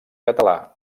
català